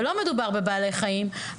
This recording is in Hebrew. אם לא מדובר בבעלי חיים,